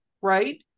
right